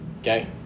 okay